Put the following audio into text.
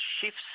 shifts